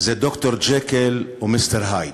זה ד"ר ג'קיל ומיסטר הייד.